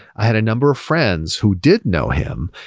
i had a number of friends who did know him,